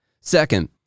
second